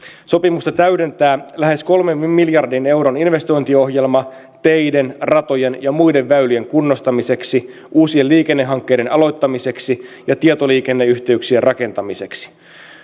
sopimusta täydentää lähes kolmen miljardin euron investointiohjelma teiden ratojen ja muiden väylien kunnostamiseksi uusien liikennehankkeiden aloittamiseksi ja tietoliikenneyhteyksien rakentamiseksi